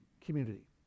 community